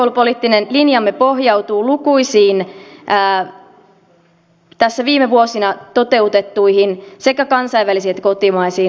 meidän korkeakoulupoliittinen linjamme pohjautuu lukuisiin tässä viime vuosina toteutettuihin sekä kansainvälisiin että kotimaisiin arviointeihin ja selvityksiin